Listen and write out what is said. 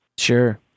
Sure